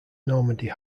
normandy